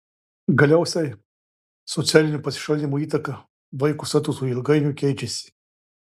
galiausiai socialinio pasišalinimo įtaka vaiko statusui ilgainiui keičiasi